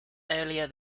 earlier